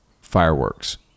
fireworks